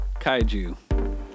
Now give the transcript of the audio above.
Kaiju